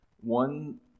One